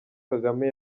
kagame